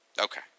Okay